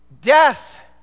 Death